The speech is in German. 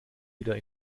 wieder